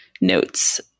notes